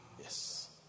Yes